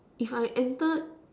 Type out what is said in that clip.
if I entered